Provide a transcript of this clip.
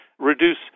reduce